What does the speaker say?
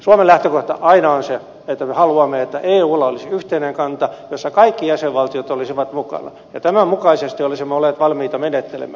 suomen lähtökohta aina on se että me haluamme että eulla olisi yhteinen kanta jossa kaikki jäsenvaltiot olisivat mukana ja tämän mukaisesti olisimme olleet valmiita menettelemään